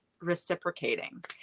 reciprocating